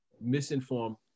misinformed